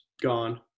gone